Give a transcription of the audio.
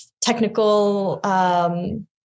technical